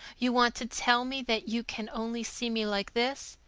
you want to tell me that you can only see me like this,